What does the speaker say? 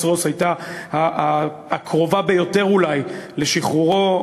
רוס הייתה הקרובה ביותר אולי לשחרורו.